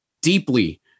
deeply